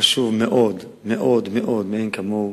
חשוב מאוד מאוד, מאין כמוהו.